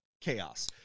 chaos